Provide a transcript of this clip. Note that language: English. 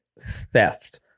Theft